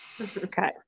Okay